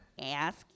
Ask